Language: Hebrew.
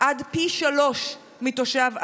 עד פי שלושה מתושב עכו,